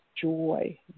joy